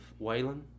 Waylon –